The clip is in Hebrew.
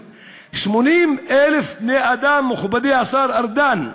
80,000 בני-אדם, מכובדי השר ארדן,